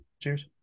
cheers